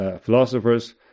philosophers